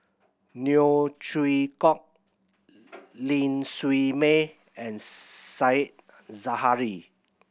Neo Chwee Kok Ling Siew May and Said Zahari